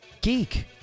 Geek